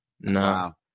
no